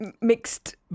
mixed